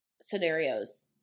scenarios